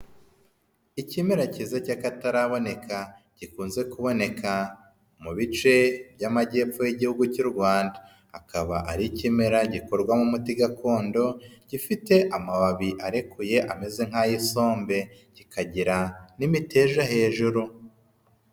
Ikimera cyiza cy'akataraboneka, gikunze kuboneka mu bice by'amajyepfo y'igihugu cy'u Rwanda, akaba ari ikimera gikorwamo umuti gakondo, gifite amababi arekuye ameze nk'ay'isombe kikagira n'imiteja hejuru.